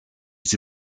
sie